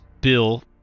Bill